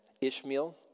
Ishmael